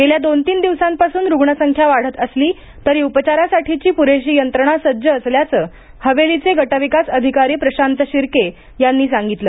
गेल्या दोन तीन दिवसांपासून रुग्णसंख्या वाढत असली तरी उपचारासाठीची पुरेशी यंत्रणा सज्ज असल्याचं हवेलीचे गट विकास अधिकारी प्रशांत शिर्के यांनी सांगितलं